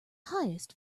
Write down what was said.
highest